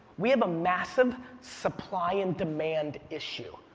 we have a massive supply and demand issue.